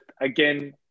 again